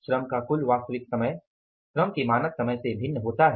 श्रम का कुल वास्तविक समय श्रम के मानक समय से भिन्न होता है